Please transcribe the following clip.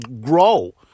grow